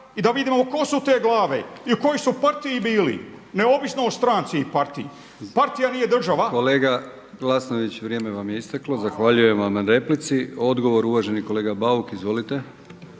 i da vidimo tko su te glave i u kojoj su u partiji bili, neovisno o stranci i partiji. **Brkić, Milijan (HDZ)** Kolega Glasnović vrijeme vam je isteklo. Zahvaljujem vam na replici. Odgovor uvaženi kolega Bauk. Izvolite.